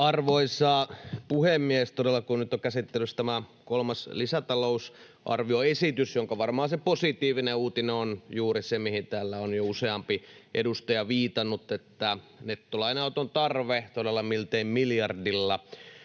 Arvoisa puhemies! Todella nyt on käsittelyssä tämä kolmas lisätalousarvioesitys, jonka varmaan se positiivinen uutinen on juuri se, mihin täällä on jo useampi edustaja viitannut, että nettolainanoton tarve todella miltei miljardilla